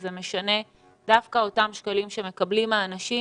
זה משנה דווקא אותם שקלים שמקבלים האנשים